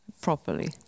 properly